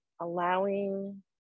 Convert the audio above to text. allowing